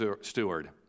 steward